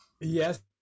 yes